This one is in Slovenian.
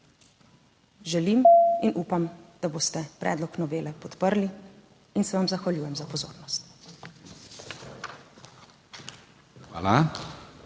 Želim in upam, da boste predlog novele podprli in se vam zahvaljujem za pozornost.